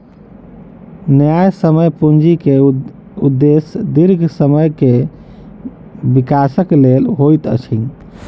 न्यायसम्य पूंजी के उदेश्य दीर्घ समय के विकासक लेल होइत अछि